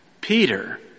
Peter